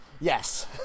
Yes